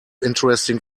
interesting